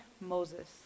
Moses